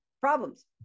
problems